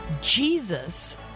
Jesus